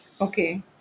Okay